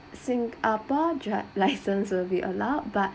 singapore drive license will be allowed but